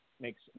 makes